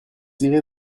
irez